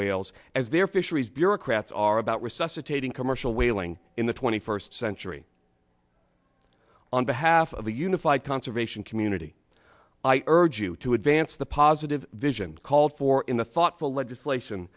whales as their fisheries bureaucrats are about resuscitating commercial whaling in the twenty first century on behalf of the unified conservation community i urge you to advance the positive vision called for in the thoughtful legislation